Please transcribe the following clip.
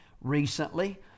recently